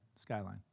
skyline